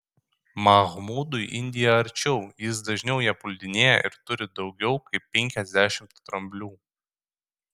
mahmudui indija arčiau jis dažniau ją puldinėja ir turi daugiau kaip penkiasdešimt dramblių